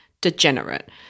degenerate